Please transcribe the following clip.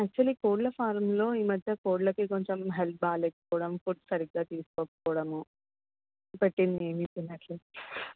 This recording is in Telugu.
యాక్చువలీ కోళ్ల ఫారంలో ఈ మధ్య కోళ్లకి కొంచెం హెల్త్ బాలేక పోకోవడం ఫుడ్ సరిగ్గా తీసుకోక పోవడము పెట్టింది ఏమి తినట్లేదు